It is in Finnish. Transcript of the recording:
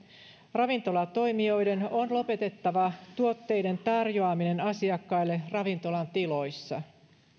ravintolatoimijoiden on lopetettava tuotteiden tarjoaminen asiakkaille ravintolan tiloissa